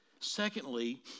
Secondly